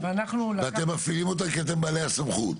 אתם מפעילים אותה, כי אתם בעלי הסמכות.